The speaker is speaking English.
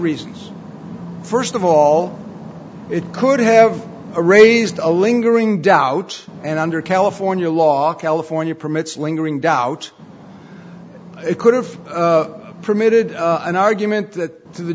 reasons first of all it could have a raised a lingering doubts and under california law california permits lingering doubt it could have permitted an argument that to the